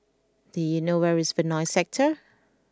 do you know where is Benoi Sector